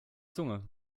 zunge